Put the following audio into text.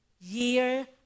year